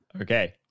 Okay